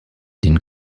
den